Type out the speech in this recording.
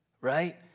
right